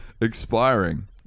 expiring